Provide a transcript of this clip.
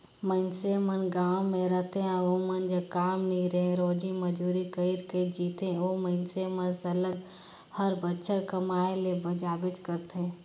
मइनसे मन गाँव में रहथें अउ ओमन जग काम नी रहें रोजी मंजूरी कइर के जीथें ओ मइनसे मन सरलग हर बछर कमाए ले जाबेच करथे